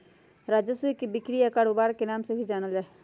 राजस्व के बिक्री या कारोबार के नाम से भी जानल जा हई